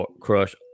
crush